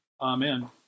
Amen